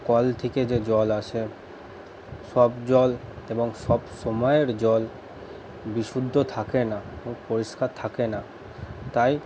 call থেকে যে জল আসে সব জল এবং সবসময়ের জল বিশুদ্ধ থাকে না ও পরিষ্কার থাকে না তাই